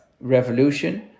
revolution